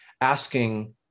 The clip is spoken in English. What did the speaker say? asking